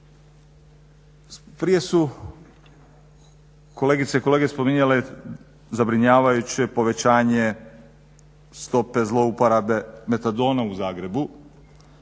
Prije su kolegice i kolege spominjale zabrinjavajuće povećanje stope zlouporabe metadona u Zagrebu